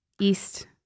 East